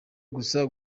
gusa